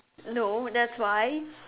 no that's why